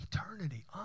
Eternity